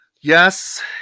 Yes